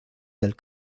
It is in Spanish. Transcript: del